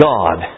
God